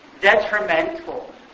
detrimental